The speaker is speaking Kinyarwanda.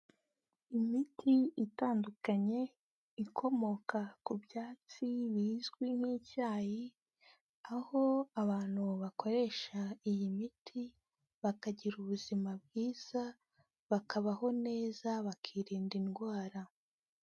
Imiti itandukanye ikomoka ku byatsi bizwi n'icyayi, aho abantu bakoresha iyi miti bakagira ubuzima bwiza, bakabaho neza, bakirinda indwara.